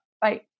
Bye